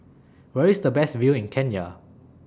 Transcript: Where IS The Best View in Kenya